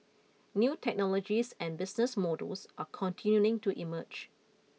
new technologies and business models are continuing to emerge